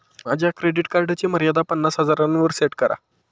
माझ्या क्रेडिट कार्डची मर्यादा पन्नास हजारांवर सेट करा